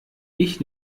ich